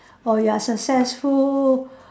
or you are successful